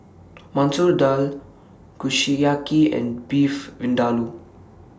Masoor Dal Kushiyaki and Beef Vindaloo